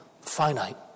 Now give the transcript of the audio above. finite